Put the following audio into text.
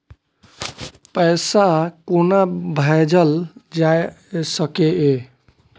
पैसा कोना भैजल जाय सके ये